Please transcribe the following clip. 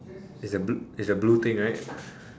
in the blue is the blue thing right